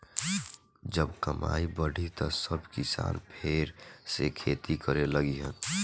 जब कमाई बढ़ी त सब किसान फेर से खेती करे लगिहन